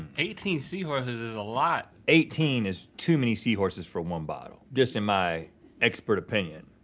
eighteen seahorses is a lot. eighteen is too many seahorses for one bottle. just in my expert opinion.